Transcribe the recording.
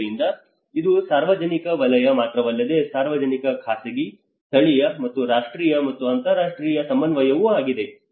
ಆದ್ದರಿಂದ ಇದು ಸಾರ್ವಜನಿಕ ವಲಯ ಮಾತ್ರವಲ್ಲದೆ ಸಾರ್ವಜನಿಕ ಖಾಸಗಿ ಸ್ಥಳೀಯ ಮತ್ತು ರಾಷ್ಟ್ರೀಯ ಮತ್ತು ಅಂತರರಾಷ್ಟ್ರೀಯ ಸಮನ್ವಯವೂ ಆಗಿದೆ